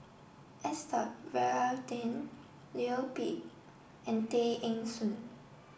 Varathan Leo Yip and Tay Eng Soon